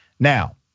Now